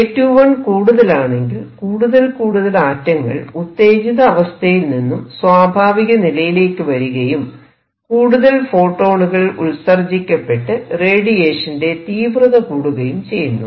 A21 കൂടുതലാണെങ്കിൽ കൂടുതൽ കൂടുതൽ ആറ്റങ്ങൾ ഉത്തേജിത അവസ്ഥയിൽ നിന്നും സ്വാഭാവിക നിലയിലേക്ക് വരികയും കൂടുതൽ ഫോട്ടോണുകൾ ഉത്സർജിക്കപ്പെട്ട് റേഡിയേഷന്റെ തീവ്രത കൂടുകയും ചെയ്യുന്നു